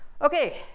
Okay